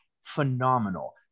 phenomenal